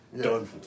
done